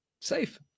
safe